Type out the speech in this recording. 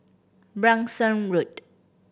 Branksome Road